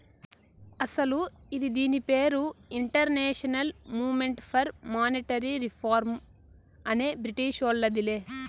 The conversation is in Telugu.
అస్సలు ఇది దీని పేరు international movement for monetary reform అనే బ్రిటీషోల్లదిలే